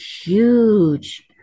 Huge